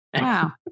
Wow